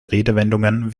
redewendungen